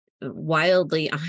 Wildly